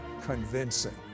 convincing